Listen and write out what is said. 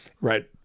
right